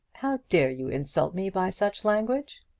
how dare you insult me by such language?